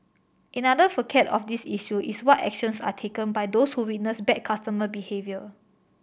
another facet of this issue is what actions are taken by those who witness bad customer behaviour